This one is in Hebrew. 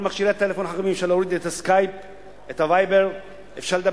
למכשירי הטלפון החכמים אפשר להוריד את ה"סקייפ",